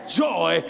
joy